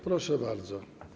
Proszę bardzo.